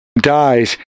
dies